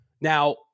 Now